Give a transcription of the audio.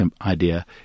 idea